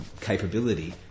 capability